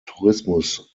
tourismus